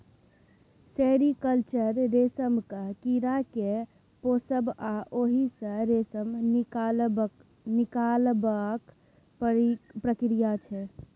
sericulture रेशमक कीड़ा केँ पोसब आ ओहि सँ रेशम निकालबाक प्रक्रिया छै